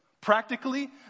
Practically